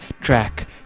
track